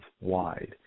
wide